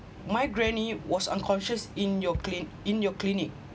my granny was unconscious in your clin~ in your clinic